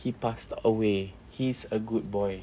he passed away he's a good boy